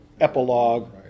epilogue